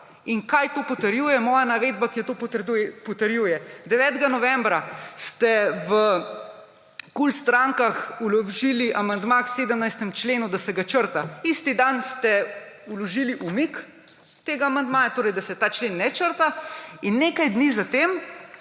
In kaj to potrjuje? Moja navedba, ki to potrjuje: 9. novembra ste v strankah KUL vložili amandma k 17. členu, da se ga črta, isti dan ste vložili umik tega amandmaja, torej da se ta člen ne črta, in nekaj dni zatem